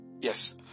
Yes